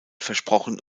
versprochen